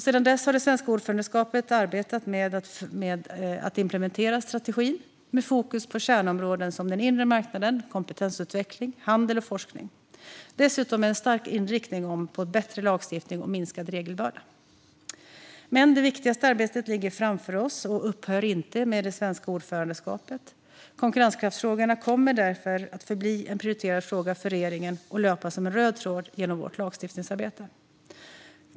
Sedan dess har det svenska ordförandeskapet arbetat med att implementera strategin, med fokus på kärnområden som den inre marknaden, kompetensutveckling, handel och forskning. Dessutom har arbetet skett med en stark inriktning på bättre lagstiftning och minskad regelbörda. Men det viktigaste arbetet ligger framför oss och upphör inte med det svenska ordförandeskapet. Konkurrenskraftsfrågorna kommer därför att förbli en prioriterad fråga för regeringen och löpa som en röd tråd genom vårt lagstiftningsarbete.